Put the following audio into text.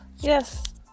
Yes